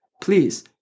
Please